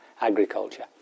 agriculture